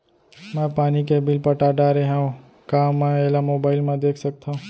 मैं पानी के बिल पटा डारे हव का मैं एला मोबाइल म देख सकथव?